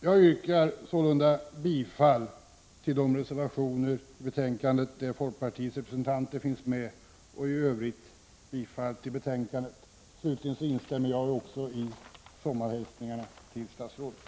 Jag yrkar bifall till de reservationer till betänkandet som folkpartiets representanter ställt sig bakom och i övrigt bifall till utskottets hemställan. Slutligen vill jag instämma i Sven Eric Lorentzons sommarhälsningar till statsrådet.